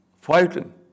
fighting